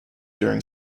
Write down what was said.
during